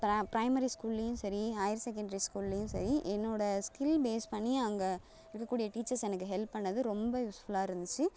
ப்ர ப்ரைமரி ஸ்கூல்லேயும் சரி ஹையர் செகண்ட்ரி ஸ்கூல்லேயும் சரி என்னோடய ஸ்கில் பேஸ் பண்ணி அங்கே இருக்கக்கூடிய டீச்சர்ஸ் எனக்கு ஹெல்ப் பண்ணது ரொம்ப யூஸ்ஃபுல்லாக இருந்துச்சு